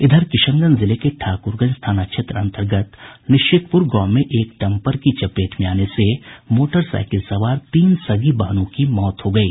इधर किशनगंज जिले के ठाकुरगंज थाना क्षेत्र अंतर्गत निश्चितपुर गांव में एक डम्पर की चपेट में आने से मोटरसाईकिल सवार तीन सगी बहनों की मौत हो गयी